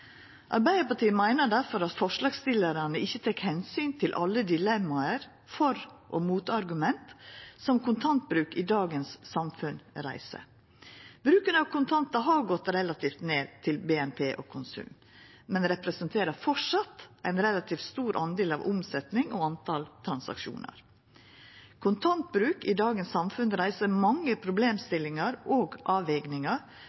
Arbeidarpartiet meiner difor at forslagsstillarane ikkje tek omsyn til alle dilemma og for- og motargument som kontantbruk i dagens samfunn reiser. Bruken av kontantar har gått ned relativt til BNP og konsum, men representerer framleis ein relativt stor del av omsetjing og talet på transaksjonar. Kontantbruk i dagens samfunn reiser mange